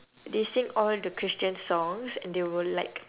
they sing all the christian songs and they will like